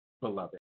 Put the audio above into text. beloved